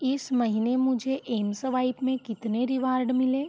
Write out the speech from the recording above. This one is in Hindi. इस महीने मुझे एमस्वाइप में कितने रिवार्ड मिले